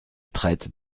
traite